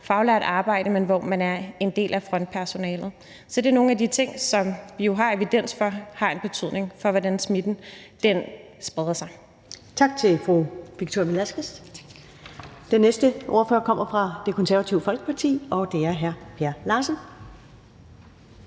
faglært arbejde, og hvor man er en del af frontpersonalet. Så det er nogle af de ting, som vi jo har evidens for har en betydning for, hvordan smitten spreder sig.